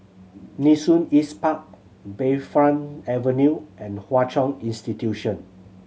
Nee Soon East Park Bayfront Avenue and Hwa Chong Institution